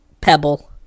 pebble